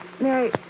Mary